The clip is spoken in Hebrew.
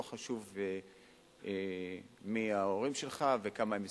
לא חשוב מי ההורים שלך וכמה הם משתכרים.